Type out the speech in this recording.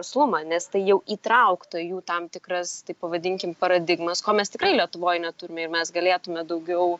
verslumą nes tai jau įtraukta į jų tam tikras taip pavadinkim paradigmas ko mes tikrai lietuvoj neturime ir mes galėtume daugiau